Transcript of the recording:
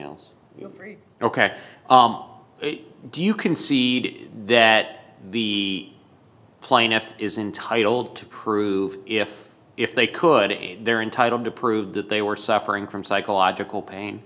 else ok do you concede that the plaintiff is entitled to prove if if they could again they're entitled to prove that they were suffering from psychological pain